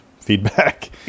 feedback